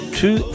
two